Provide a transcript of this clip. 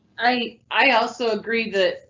i i also agree that, ah,